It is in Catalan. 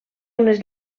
unes